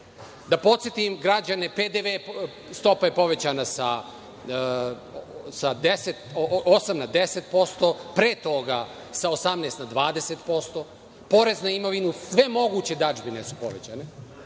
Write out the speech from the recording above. Da podsetim građane PDV stopa je povećana sa 8% na 10%, pre toga sa 18% na 20%. Porez na imovinu, sve moguće dažbine su povećane.